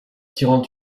tirant